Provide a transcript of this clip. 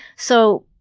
so